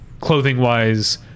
clothing-wise